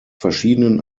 verschiedenen